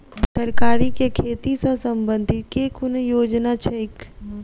तरकारी केँ खेती सऽ संबंधित केँ कुन योजना छैक?